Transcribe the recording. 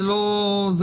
זה לא עובד.